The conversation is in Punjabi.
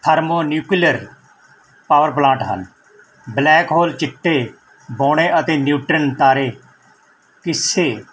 ਥਰਮੋਨਿਊਕਲੀਅਰ ਪਾਵਰ ਪਲਾਂਟ ਹਨ ਬਲੈਕ ਹੋਲ ਚਿੱਟੇ ਬੌਣੇ ਅਤੇ ਨਿਊਟ੍ਰਨ ਤਾਰੇ ਕਿਸੇ